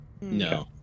No